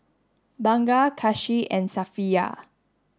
Bunga Kasih and Safiya